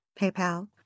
PayPal